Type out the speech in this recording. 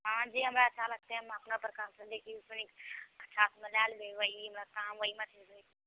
हाँ जे हमरा अच्छा लागतै हम अपना प्रकारसँ लेकिन ओहिसँ नीक अच्छामे लए लेबै ओएह हमरा काम ओएह मे खेबए